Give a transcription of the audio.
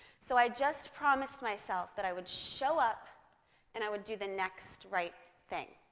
so i just promised myself that i would show up and i would do the next right thing.